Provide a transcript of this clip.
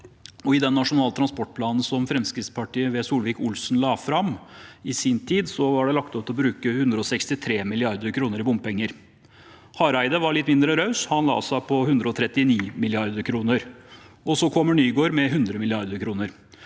I den nasjonale transportplanen Fremskrittspartiet – ved Solvik-Olsen – la fram i sin tid, var det lagt opp til å bruke 163 mrd. kr i bompenger. Hareide var litt mindre raus, han la seg på 139 mrd. kr. Så kommer Nygård med 100 mrd. kr.